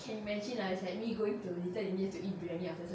can you imagine me going to return you need to eat briyani lah